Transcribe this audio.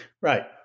Right